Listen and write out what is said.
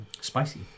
Spicy